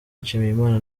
nshimiyimana